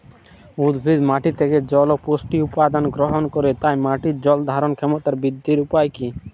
উদ্ভিদ মাটি থেকে জল ও পুষ্টি উপাদান গ্রহণ করে তাই মাটির জল ধারণ ক্ষমতার বৃদ্ধির উপায় কী?